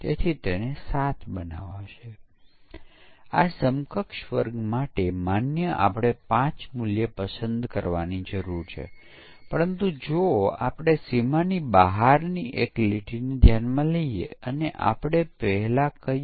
એક પ્રદર્શન બગ હોઈ શકે છે અલબત્ત અન્ય ભૂલો પણ આવી શકે છે જે યુનિટ પરીક્ષણ અથવા એકીકરણ પરીક્ષણમાંથી છટકી ગઈ છે